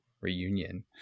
reunion